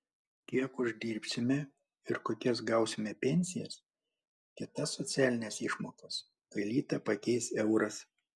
kiek uždirbsime ir kokias gausime pensijas kitas socialines išmokas kai litą pakeis euras